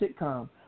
sitcom